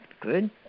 good